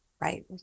Right